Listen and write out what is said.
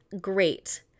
great